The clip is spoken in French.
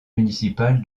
municipal